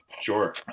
sure